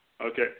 Okay